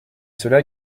cela